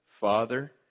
Father